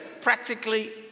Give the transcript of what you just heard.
practically